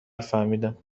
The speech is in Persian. فهمیدم